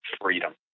freedom